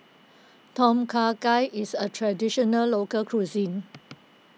Tom Kha Gai is a Traditional Local Cuisine